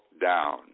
Down